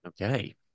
Okay